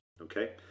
Okay